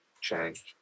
change